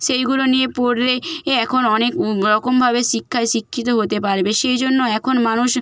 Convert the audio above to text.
সেইগুলো নিয়ে পড়লে এ এখন অনেক রকমভাবে শিক্ষায় শিক্ষিত হতে পারবে সেই জন্য এখন মানুষ